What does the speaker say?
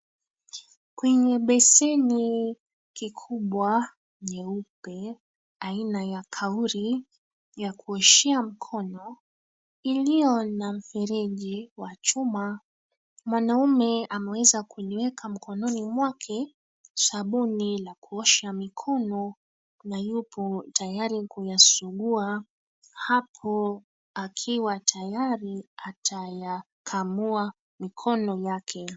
Kwenye beseni kikubwa nyeupe, aina ya kauri ya kuoshea mkono iliyo na mifereji wa chuma mwanaume ameweza kuiweka mikononi mwake sabuni la kuosha na yuko tayari kuyasugua hapo akiwa tayari atayakamua mikono yake.